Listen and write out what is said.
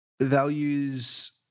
values